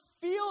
feel